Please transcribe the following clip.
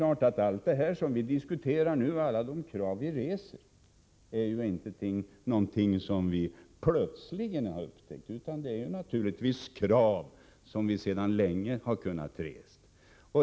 Allt det som vi diskuterar nu och alla de krav som reses är ju inte någonting som vi plötsligt har upptäckt, utan dessa krav har vi naturligtvis sedan länge kunnat resa.